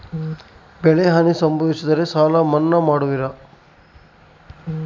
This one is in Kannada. ಬೆಳೆಹಾನಿ ಸಂಭವಿಸಿದರೆ ಸಾಲ ಮನ್ನಾ ಮಾಡುವಿರ?